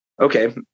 okay